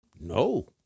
No